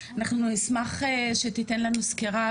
נשמח שתיתן לנו סקירה,